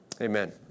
Amen